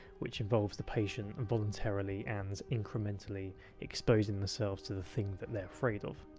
which involves the patient and voluntarily and incrementally exposing themselves to the thing that they're afraid of.